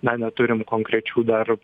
na neturim konkrečių dar